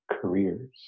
careers